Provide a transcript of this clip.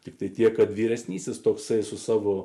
tiktai tiek kad vyresnysis toksai su savo